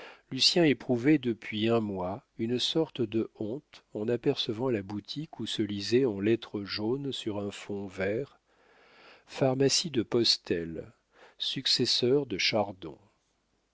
lucien éprouvait depuis un mois une sorte de honte en apercevant la boutique où se lisait en lettres jaunes sur un fond vert pharmacie de postel successeur de chardon